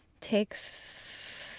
takes